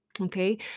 okay